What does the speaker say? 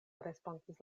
respondis